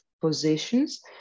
positions